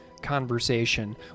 conversation